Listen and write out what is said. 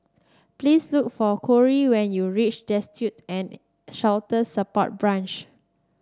please look for Kory when you reach Destitute and Shelter Support Branch